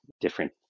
different